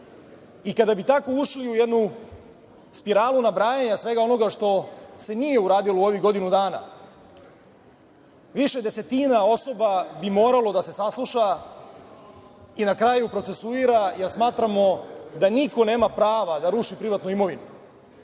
Kada bi tako ušli u jednu spiralu nabrajanja svega onoga što se nije uradilo u ovih godinu dana, više desetina osoba bi moralo da se sasluša i na kraju procesuira, jer smatramo da niko nema prava da ruši privatnu imovinu.